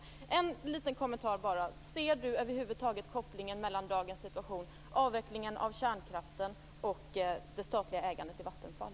Jag skulle bara vilja ha ytterligare en liten kommentar: Ser du över huvud taget kopplingen mellan dagens situation när det gäller avvecklingen av kärnkraften och det statliga ägandet i Vattenfall?